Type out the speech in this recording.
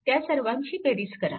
त्या सर्वांची बेरीज करा